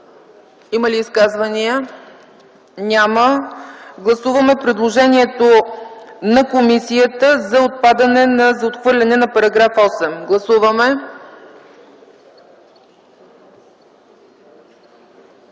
Има ли изказвания? Няма. Гласуваме предложението на комисията за отхвърляне на § 8. Гласували